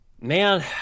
man